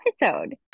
episode